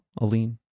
Aline